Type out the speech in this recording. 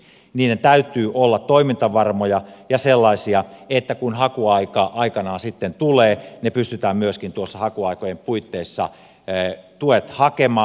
niiden täytyy olla toimintavarmoja ja sellaisia että kun hakuaika aikanaan sitten tulee tukia pystytään myöskin noissa hakuaikojen puitteissa hakemaan